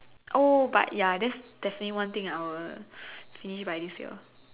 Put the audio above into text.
but ya that's definitely one thing I will finish by this year